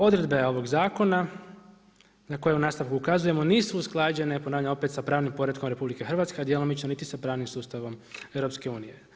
Odredbe ovog zakona na koje u nastavku ukazujemo nisu usklađene ponavljam opet sa pravnim poretkom RH, a djelomično niti sa pravnim sustavom EU.